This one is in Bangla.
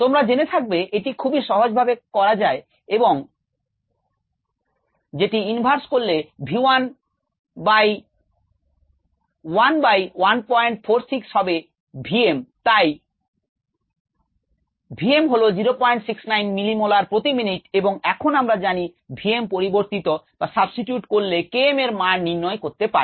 তোমরা জেনে থাকবে এটি খুবই সহজ ভাবে বার করা যায় এবং যেটি inverse করলে v 1 বাই 1 বাই 146 হবে v m তাই v m হলো 069 মিলি মোলার প্রতি মিনিট এবং এখন আমরা জানি v m পরিবর্তিত করে K m এর মান নির্ণয় করতে পারি